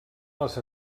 les